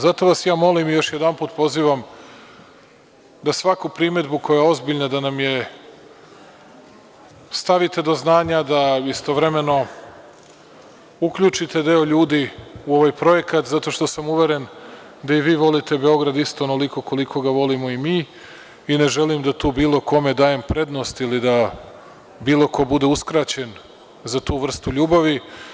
Zato vas ja molim i još jedanput pozivam da nam svaku primedbu koja je ozbiljna stavite do znanja, da istovremeno uključite deo ljudi u ovaj projekat, zato što sam uveren da i vi volite Beograd isto onoliko koliko ga volimo i mi i ne želim da tu bilo kome dajem prednost ili da bilo ko bude uskraćen za tu vrstu ljubavi.